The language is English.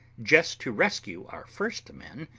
just to rescue our first men,